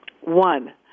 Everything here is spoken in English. One